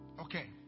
Okay